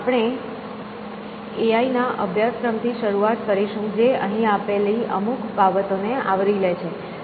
આપણે એઆઈ ના અભ્યાસક્રમ થી શરૂઆત કરીશું જે અહીં આપેલી અમુક બાબતોને આવરી લે છે